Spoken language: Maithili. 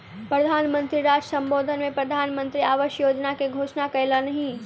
प्रधान मंत्री राष्ट्र सम्बोधन में प्रधानमंत्री आवास योजना के घोषणा कयलह्नि